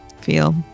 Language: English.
feel